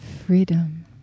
Freedom